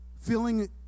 feeling